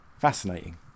fascinating